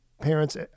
Parents